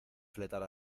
fletar